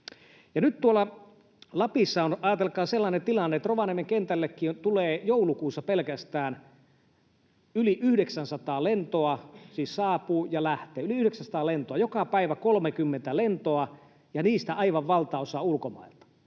Nyt tuolla Lapissa on, ajatelkaa, sellainen tilanne, että Rovaniemen kentälläkin pelkästään joulukuussa saapuu ja lähtee yli 900 lentoa, joka päivä 30 lentoa, ja niistä aivan valtaosa ulkomailta.